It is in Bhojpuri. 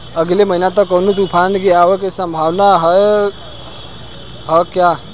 अगले महीना तक कौनो तूफान के आवे के संभावाना है क्या?